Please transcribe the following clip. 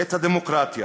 את הדמוקרטיה